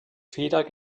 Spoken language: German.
feder